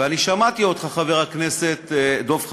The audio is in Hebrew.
ושמעתי אותך, חבר הכנסת דב חנין.